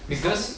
because